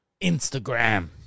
Instagram